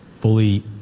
fully